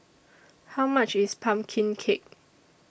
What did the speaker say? How much IS Pumpkin Cake